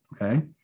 Okay